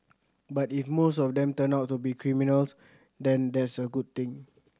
but if most of them turn out to be criminals then that's a good thing